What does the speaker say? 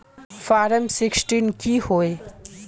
Form sixteen की होय?